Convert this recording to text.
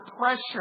pressure